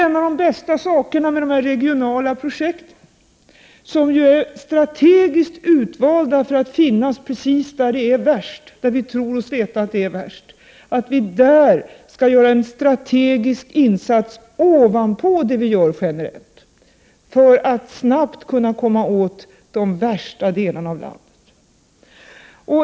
En av de bästa sakerna med de regionala projekten, som ju är strategiskt utvalda för att finnas precis där vi tror oss veta att det är värst, är att vi där skall göra en strategisk insats ovanpå det vi gör generellt, för att snabbt kunna komma åt de värsta delarna av landet.